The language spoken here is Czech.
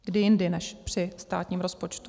Kdy jindy než při státním rozpočtu?